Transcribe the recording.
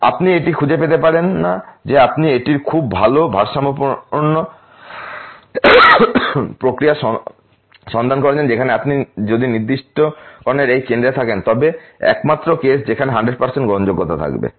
আপনি এটি খুঁজে পেতে পারেন না যে আপনি এটির খুব ভাল ভারসাম্যপূর্ণ প্রক্রিয়াটি সন্ধান করেছেন যেখানে আপনি যদি নির্দিষ্টকরণের এই কেন্দ্রে থাকেন তবে একমাত্র কেস যেখানে 100 গ্রহণযোগ্যতা থাকবে